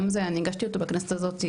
גם זה אני הגשתי אותו בכנסת הזאת,